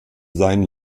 seinen